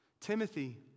Timothy